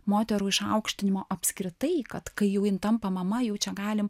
moterų išaukštinimo apskritai kad kai jau tampa mama jau čia galim